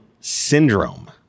syndrome